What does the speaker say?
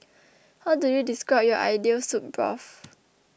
how do you describe your ideal soup broth